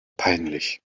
peinlich